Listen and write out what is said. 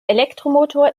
elektromotor